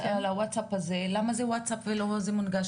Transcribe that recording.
למה זה ווצאפ, ולא מונגש